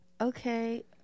okay